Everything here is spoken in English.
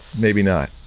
maybe not.